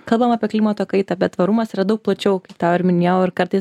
kalbam apie klimato kaitą bet tvarumas yra daug plačiau kaip tą ir minėjau ir kartais